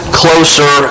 closer